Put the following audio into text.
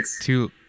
two